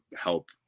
help